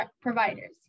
providers